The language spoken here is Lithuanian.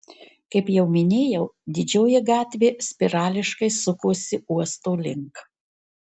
kaip jau minėjau didžioji gatvė spirališkai sukosi uosto link